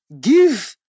give